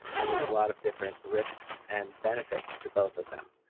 and there's a lot of different risks and benefits to both of them.